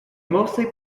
mostly